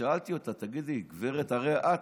שאלתי אותה: תגידי, גברת, הרי את